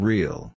Real